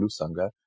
Lusanga